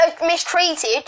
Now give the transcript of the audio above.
mistreated